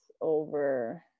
over